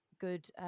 good